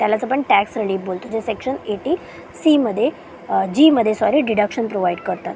त्यालाच आपण tax relief बोलतो जे सेक्शन एटी सीमध्ये जीमध्ये सॉरी डिडक्शन प्रोव्हाइड करतात